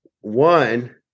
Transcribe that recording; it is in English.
One